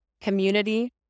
community